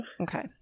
Okay